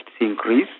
increase